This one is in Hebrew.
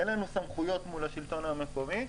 אין לנו סמכויות מול השלטון המקומי,